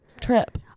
trip